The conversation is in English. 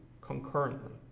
concurrently